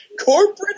Corporate